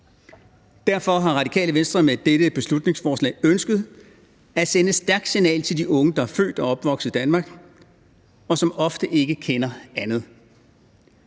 Derfor har Radikale Venstre med dette beslutningsforslag ønsket at sende et stærkt signal til de unge, der er født og opvokset i Danmark, og som ofte ikke kender andet.